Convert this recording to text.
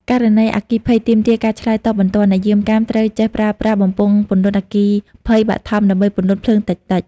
ករណីអគ្គិភ័យទាមទារការឆ្លើយតបបន្ទាន់ អ្នកយាមកាមត្រូវចេះ ប្រើប្រាស់បំពង់ពន្លត់អគ្គិភ័យបឋម ដើម្បីពន្លត់ភ្លើងតិចៗ។